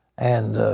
and